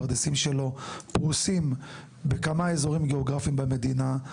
פרדסים שלו פרושים בכמה אזורים גיאוגרפיים במדינה.